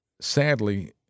Sadly